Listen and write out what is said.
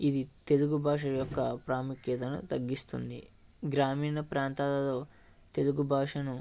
ఇది తెలుగు భాష యొక్క ప్రాముఖ్యతను తగ్గిస్తుంది గ్రామీణ ప్రాంతాలలో తెలుగు భాషను